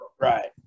Right